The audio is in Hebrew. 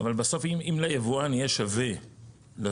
אבל בסוף אם ליבואן יהיה שווה לעשות